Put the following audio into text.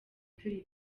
turi